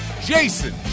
Jason